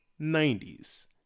90s